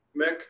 Mick